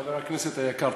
חבר הכנסת היקר,